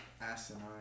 asinine